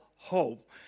hope